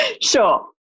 Sure